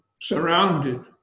surrounded